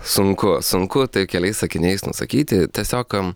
sunku sunku tai keliais sakiniais nusakyti tiesiog